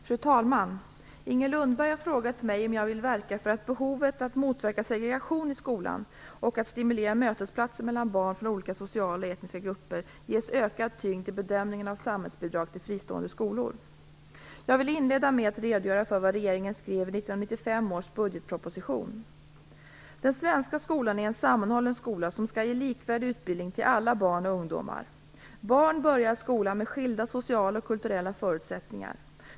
Fru talman! Inger Lundberg har frågat mig om jag vill verka för att behovet att motverka segregation i skolan och stimulera mötesplatser mellan barn från olika sociala och etniska grupper ges ökad tyngd i bedömningen av samhällsbidrag till fristående skolor. Jag vill inleda med att redogöra för vad regeringen skrev i 1995 års budgetproposition: "Den svenska skolan är en sammanhållen skola som skall ge likvärdig utbildning till alla barn och ungdomar. Barn börjar skolan med skilda sociala och kulturella förutsättningar.